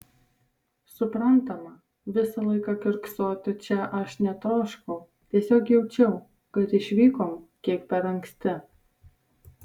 suprantama visą laiką kiurksoti čia aš netroškau tiesiog jaučiau kad išvykom kiek per anksti